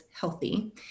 healthy